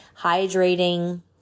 Hydrating